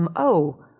um oh,